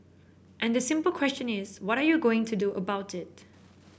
and the simple question is what are you going to do about it